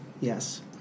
yes